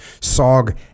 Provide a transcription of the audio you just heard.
SOG